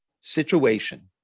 situation